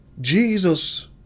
Jesus